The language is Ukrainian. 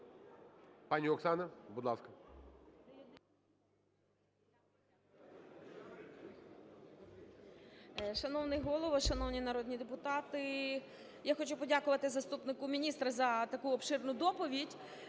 Пані Оксана. Будь ласка.